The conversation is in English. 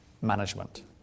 management